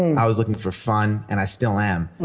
i was looking for fun, and i still am.